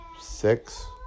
six